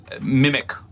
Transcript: mimic